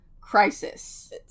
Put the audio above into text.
crisis